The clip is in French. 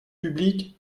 publique